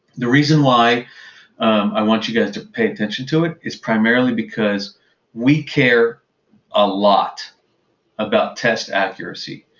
the reason why i want you guys to pay attention to it, is primarily because we care a lot about test accuracy.